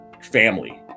family